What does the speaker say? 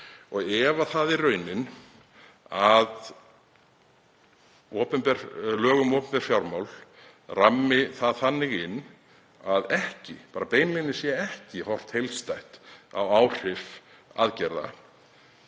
Og ef það er raunin að lög um opinber fjármál rammi það þannig inn að beinlínis sé ekki horft heildstætt á áhrif aðgerða